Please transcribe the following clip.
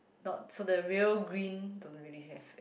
not so the real green don't really have